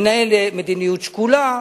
מנהל מדיניות שקולה,